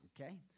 okay